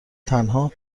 تنها